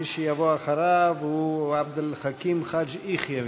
מי שיבוא אחריו הוא עבד אל חכים חאג' יחיא,